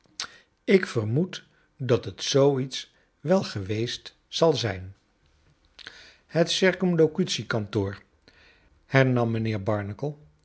lk vermoed dat het zoo iets wel geweest zal zijn het c k hernam mijnheer barnacle